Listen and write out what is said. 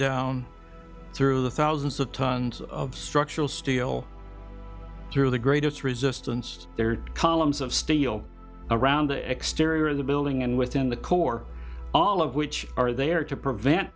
down through the thousands of tons of structural steel through the greatest resistance there are columns of steel around the exterior of the building and within the core all of which are there to prevent